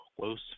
close